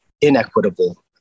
inequitable